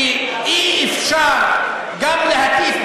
כי אי-אפשר גם להטיף,